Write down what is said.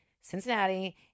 cincinnati